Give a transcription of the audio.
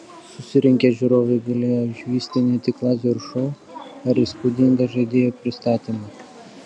susirinkę žiūrovai galėjo išvysti ne tik lazerių šou ar įspūdingą žaidėjų pristatymą